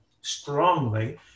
strongly